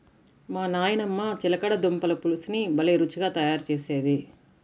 మా నాయనమ్మ చిలకడ దుంపల పులుసుని భలే రుచిగా తయారు చేసేది